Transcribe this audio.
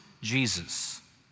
Jesus